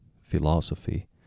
philosophy